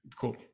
cool